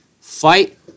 fight